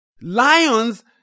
Lions